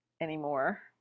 anymore